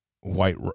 white